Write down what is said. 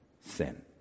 sin